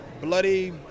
bloody